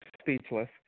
speechless